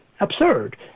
Absurd